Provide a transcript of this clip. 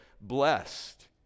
blessed